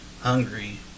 hungry